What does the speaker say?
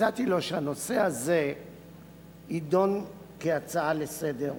הצעתי לו שהנושא הזה יידון כהצעה לסדר-היום,